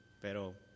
pero